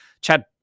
Chad